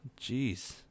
Jeez